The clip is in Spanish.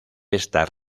esta